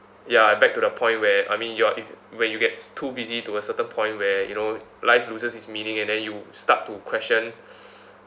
ya back to the point where I mean you're if where you get too busy to a certain point where you know life loses its meaning and then you start to question